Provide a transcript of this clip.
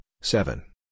seven